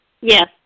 Yes